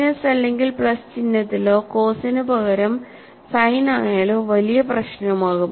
minus അല്ലെങ്കിൽ plus ചിഹ്നത്തിലോ കോസിനു പകരം സൈൻ ആയാലോ വലിയ പ്രശ്നമാവും